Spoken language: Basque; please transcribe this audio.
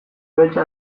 beltza